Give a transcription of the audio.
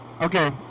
Okay